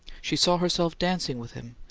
she saw herself dancing with him,